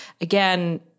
again